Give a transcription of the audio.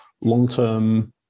long-term